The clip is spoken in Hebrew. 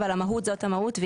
אבל המהות זאת המהות,